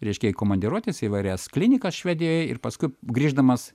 reiškia į komandiruotes į įvairias klinikas švedijoj ir paskui grįždamas